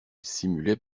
simulait